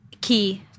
key